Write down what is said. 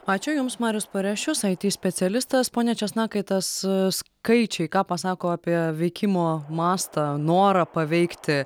ačiū jums marius pareščius it specialistas pone česnakai tas skaičiai ką pasako apie veikimo mastą norą paveikti